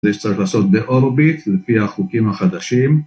שצריך לעשות באורביט לפי החוקים החדשים